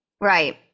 Right